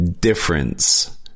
difference